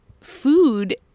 food